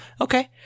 okay